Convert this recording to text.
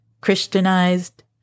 Christianized